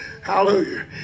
hallelujah